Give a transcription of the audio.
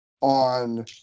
on